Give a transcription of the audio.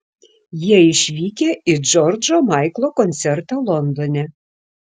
jie išvykę į džordžo maiklo koncertą londone